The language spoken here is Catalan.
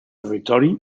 territori